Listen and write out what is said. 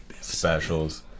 specials